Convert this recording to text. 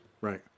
Right